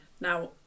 Now